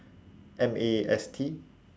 M A S T